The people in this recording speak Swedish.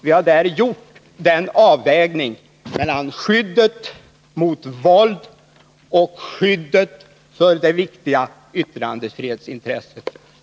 Vi har där gjort den avvägning man bör göra mellan skyddet mot våld och skyddet för det viktiga yttrandefrihetsintresset.